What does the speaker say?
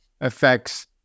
affects